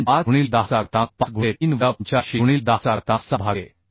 5 गुणिले 10 चा घातांक 5 गुणिले 3 वजा85 गुणिले 10 चा घातांक 6 भागिले 43